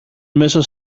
μέσα